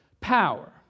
power